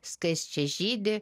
skaisčiai žydi